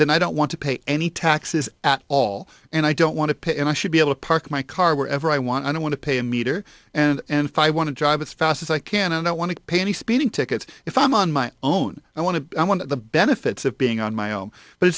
then i don't want to pay any taxes at all and i don't want to pay and i should be able to park my car wherever i want i don't want to pay a meter and five want to drive as fast as i can and i want to pay any speeding tickets if i'm on my own i want to i want the benefits of being on my own but it